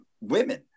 women